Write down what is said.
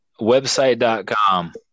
Website.com